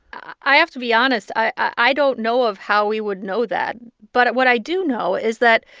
i have to be honest. i don't know of how we would know that. but what i do know is that,